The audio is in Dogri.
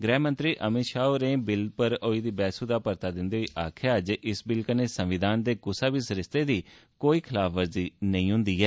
गृहमंत्री अमित शाह होरें बिल पर होई दी बैह्स दा जवाब दिंदे होई आक्खेआ जे इस बिल कन्नै संविघान दे कुसै बी सरिस्ते दी खलाफवर्जी नेई होंदी ऐ